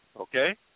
okay